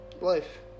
Life